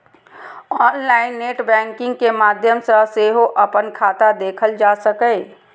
online net banking के माध्यम सं सेहो अपन खाता देखल जा सकैए